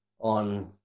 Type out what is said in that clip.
on